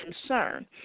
concern